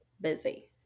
Busy